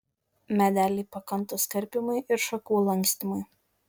medeliai pakantūs karpymui ir šakų lankstymui